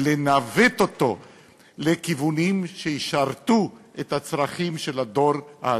ולנווט אותו לכיוונים שישרתו את הצרכים של הדור העתידי.